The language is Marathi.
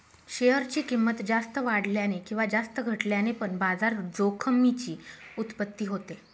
शेअर ची किंमत जास्त वाढल्याने किंवा जास्त घटल्याने पण बाजार जोखमीची उत्पत्ती होते